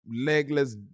legless